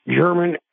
German